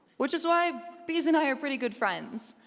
which is why bees and i are pretty good friends.